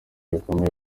bikomeye